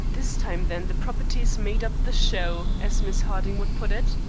this time, then, the properties made up the show, as miss harding would put it?